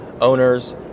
owners